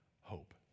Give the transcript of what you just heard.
hope